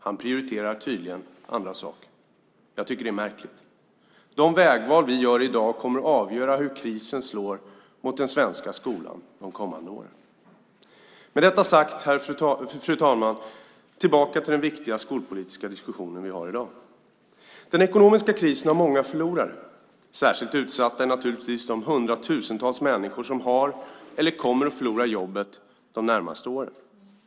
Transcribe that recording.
Han prioriterar tydligen andra saker. Jag tycker det är märkligt. De vägval vi gör i dag kommer att avgöra hur krisen slår mot den svenska skolan de kommande åren. Fru talman! Med detta sagt går jag tillbaka till den viktiga skolpolitiska diskussion vi har i dag. Den ekonomiska krisen har många förlorare. Särskilt utsatta är naturligtvis de hundratusentals människor som har förlorat eller kommer att förlora jobbet de närmaste åren.